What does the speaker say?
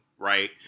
Right